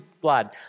blood